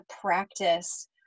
practice